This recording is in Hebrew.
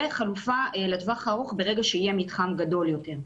וחלופה לטווח הארוך ברגע שיהיה מתחם גדול יותר.